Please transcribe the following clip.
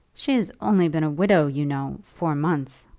she has only been a widow, you know, four months,